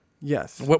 Yes